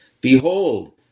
behold